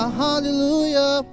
hallelujah